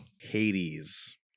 hades